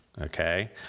Okay